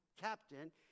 captain